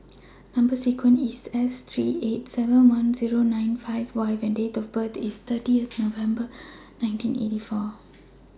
Number sequence IS S three eight seven one Zero nine five Y and Date of birth IS thirty November nineteen eighty four